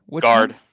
Guard